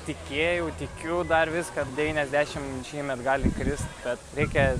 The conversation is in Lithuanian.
tikėjau tikiu dar vis kad devyniasdešim šiemet gali krist bet reikia